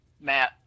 Matt